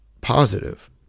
positive